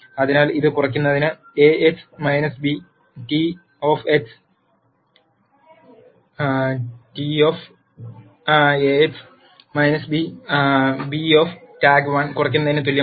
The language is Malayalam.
അതിനാൽ ഇത് കുറയ്ക്കുന്നതിന് Ax - b T Ax - b b TAG1 കുറയ്ക്കുന്നതിന് തുല്യമാണ്